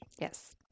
Yes